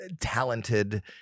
talented